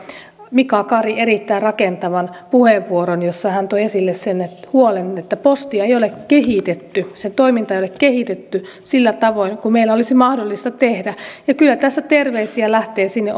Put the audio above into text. mika kari erittäin rakentavan puheenvuoron jossa hän toi esille sen huolen että postia ei ole kehitetty sen toimintaa ei ole kehitetty sillä tavoin kuin meillä olisi mahdollista tehdä ja kyllä tässä terveisiä lähtee sinne